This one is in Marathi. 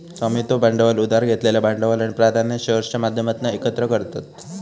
स्वामित्व भांडवल उधार घेतलेलं भांडवल आणि प्राधान्य शेअर्सच्या माध्यमातना एकत्र करतत